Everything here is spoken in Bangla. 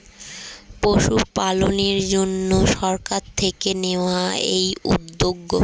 পশুপালনের জন্যে সরকার থেকে নেওয়া এই উদ্যোগ